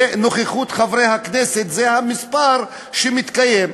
בנוכחות חברי הכנסת, זה המספר שמתקיים.